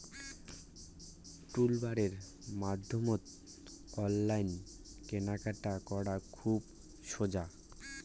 টুলবাইয়ের মাধ্যমত অনলাইন কেনাকাটা করা খুব সোজা